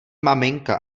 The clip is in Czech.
maminka